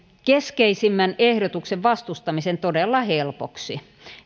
keskeisimmän ehdotuksen vastustamisen todella helpoksi